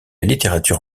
littérature